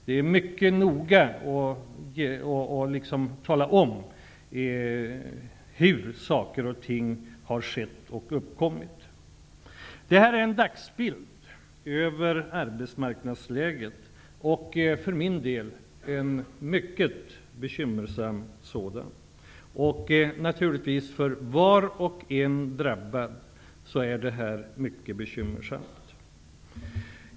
Det är mycket noga att tala om hur saker och ting har uppkommit. Det här var en dagsbild av arbetsmarknadsläget, som för mig framstår som mycket bekymmersamt. För var och en som drabbas är allt detta mycket bekymmersamt.